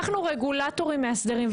אנחנו רגולטורים מאסדרים,